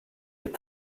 est